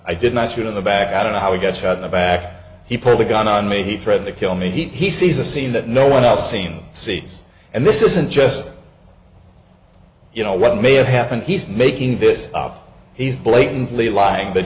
i did not shoot in the back i don't know how he got shot in the back he pulled the gun on me he threatened to kill me he sees a scene that no one else seems sees and this isn't just you know what may have happened he's making this up he's blatantly lying